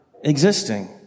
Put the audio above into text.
existing